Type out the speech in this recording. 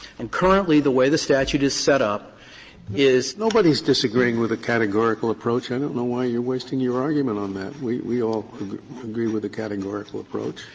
and currently, the way the statute is set up is scalia nobody's disagreeing with the categorical approach. i don't know why you're wasting your argument on that. we we all agree with the categorical approach.